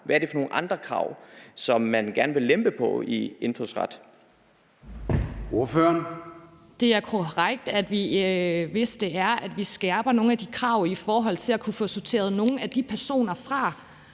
Hvad er det for nogle andre krav, som man gerne vil lempe på i indfødsretten?